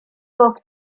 oak